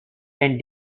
and